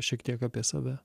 šiek tiek apie save